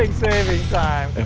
like saving time.